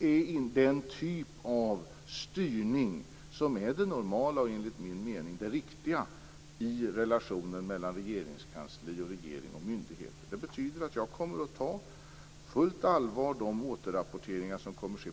är den typ av styrning som är den normala och enligt min mening den riktiga i relationen mellan regeringskansli och myndigheter. Det betyder att jag kommer att ta på fullt allvar de återrapporteringar som kommer att ske.